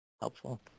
helpful